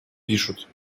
пишут